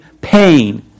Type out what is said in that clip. pain